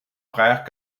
frère